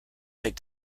make